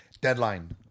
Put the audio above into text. Deadline